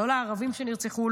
לא לערבים שנרצחו,